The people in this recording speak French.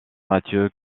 mathieu